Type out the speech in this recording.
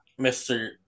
Mr